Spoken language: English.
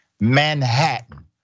Manhattan